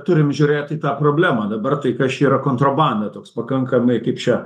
turim žiūrėt į tą problemą dabar tai kas čia yra kontrabanda toks pakankamai kaip čia